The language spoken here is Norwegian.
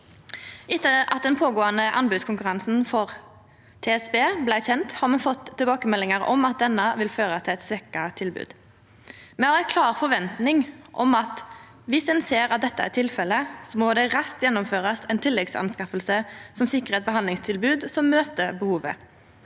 Etter at den pågåande anbodskonkurransen for TSB blei kjent, har me fått tilbakemeldingar om at han vil føra til eit svekt tilbod. Me har ei klar forventning om at viss ein ser at det er tilfellet, må det raskt gjennomførast tilleggsanskaffing som sikrar eit behandlingstilbod som møter behovet.